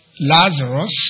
Lazarus